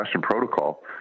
protocol